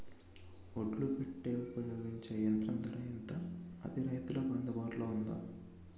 ఒడ్లు పెట్టే ఉపయోగించే యంత్రం ధర ఎంత అది రైతులకు అందుబాటులో ఉందా?